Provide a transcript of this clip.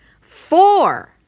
Four